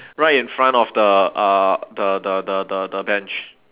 right in front of the uh the the the the the bench